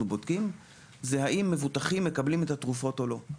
בודקים היא האם מבוטחים מקבלים את התרופות או לא.